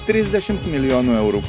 trisdešimt milijonų eurų